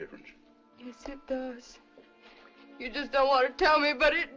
difference you just don't want to tell me but it